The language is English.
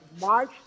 March